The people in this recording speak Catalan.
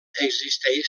existeix